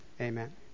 Amen